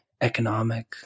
economic